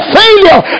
failure